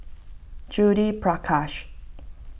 Judith Prakash